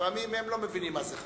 לפעמים הם לא מבינים מה זה חסינות.